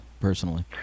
personally